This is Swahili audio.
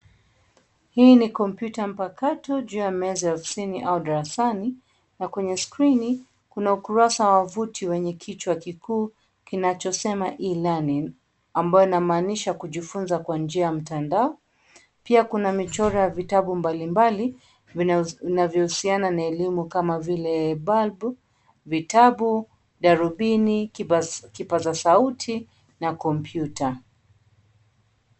Hii ni kompyuta mpakato juu ya meza ya ofisini au darasani na kwenye skrini, kuna ukurasa wa wavuti wenye kichwa kikuu kinachosema E-Learning ambayo inamaanisha kujifunza kwa njia ya mtandao. Pia kuna michoro ya vitabu mbalimbali vinavyohusiana na elimu kama vile balbu, vitabu, darubini, kipaza sauti na kompyuta.